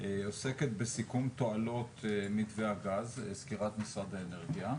עוסקת בסיכום תועלות מתווה הגז סקירת משרד האנרגיה.